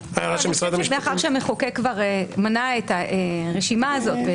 המחוקק כבר מנה את הרשימה הזאת.